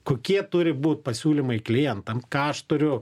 kokie turi būt pasiūlymai klientam ką aš turiu